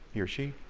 he or she.